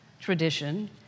tradition